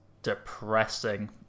depressing